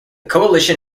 coalition